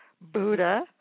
Buddha